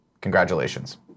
Congratulations